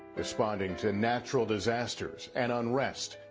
responding to natural disasters and unrest,